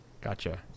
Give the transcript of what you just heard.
Gotcha